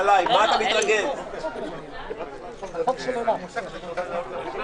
20:47.